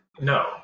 No